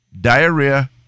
diarrhea